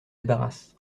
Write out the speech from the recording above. débarrasse